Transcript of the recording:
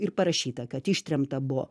ir parašyta kad ištremta buvo